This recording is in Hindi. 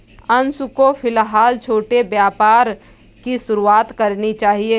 अंशु को फिलहाल छोटे व्यापार की शुरुआत करनी चाहिए